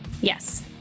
Yes